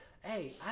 Hey